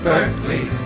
Berkeley